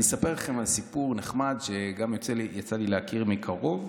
אני אספר לכם סיפור נחמד שיצא לי להכיר גם מקרוב,